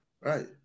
right